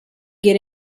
get